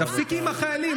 תפסיקי עם החיילים,